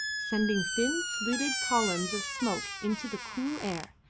sending thin fluted columns of smoke into the cool air,